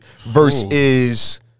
versus